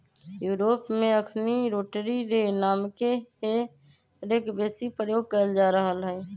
Europe में अखनि rotary रे नामके हे रेक बेशी प्रयोग कएल जा रहल हइ